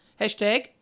hashtag